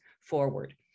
forward